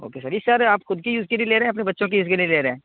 okay sir ji sir آپ خود کی یوز کے لیے لے رہے ہیں اپنے بچوں کے یوز کے لیے لے رہے ہیں